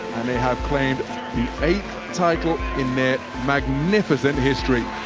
and they have claimed the eighth title in their magnificent history,